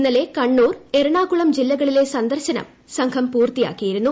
ഇന്നലെ കണ്ണൂർ എറണാകുളം ജില്ലകളിലെ സന്ദർശനം സംഘം പൂർത്തിയാക്കിയിരുന്നു